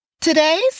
Today's